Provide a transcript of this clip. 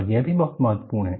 और यह भी बहुत महत्वपूर्ण है